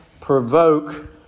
provoke